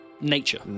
Nature